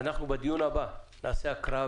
בדיון הבא הקראה